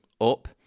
up